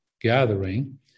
gathering